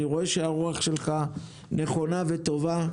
אני רואה שהרוח שלך נכונה וטובה.